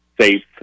safe